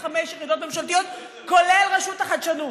165 יחידות ממשלתיות, כולל רשות החדשנות,